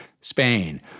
Spain